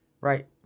Right